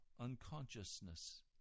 unconsciousness